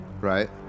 right